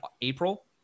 April